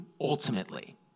ultimately